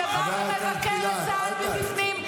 שבא לבקר את צה"ל מבפנים,